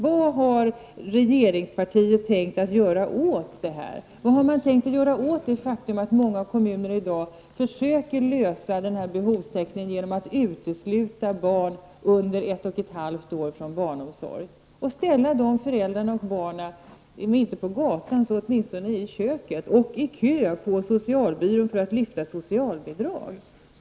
Vad har man tänkt göra åt att många kommuner i dag försöker att lösa behovstäckningen genom att utesluta barn under ett och ett halvt års ålder från barnomsorg och ställa dessa föräldrar och barn om inte på gatan så åtminstone i köket och i kön på socialbyrån för att lyfta socialbidrag?